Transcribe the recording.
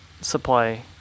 supply